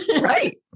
Right